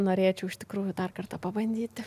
norėčiau iš tikrųjų dar kartą pabandyti